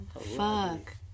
fuck